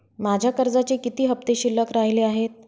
माझ्या कर्जाचे किती हफ्ते शिल्लक राहिले आहेत?